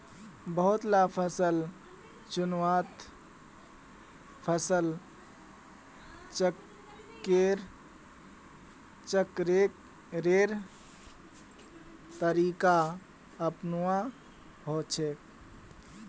बहुत ला फसल चुन्वात फसल चक्रेर तरीका अपनुआ कोह्चे